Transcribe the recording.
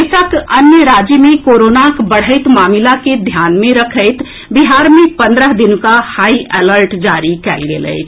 देशक अन्य राज्य मे कोरोनाक बढ़ैत मामिला के ध्यान मे रखैत बिहार मे पन्द्रह दिनुका हाई अलर्ट जारी कयल गेल अछि